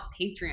patreon